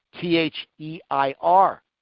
T-H-E-I-R